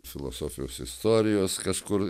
filosofijos istorijos kažkur